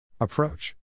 Approach